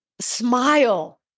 Smile